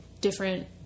different